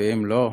ואם לא,